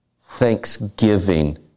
thanksgiving